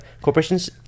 corporations